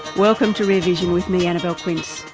welcome to rear vision with me, annabelle quince.